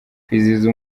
kwizihiza